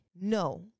No